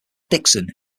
dixon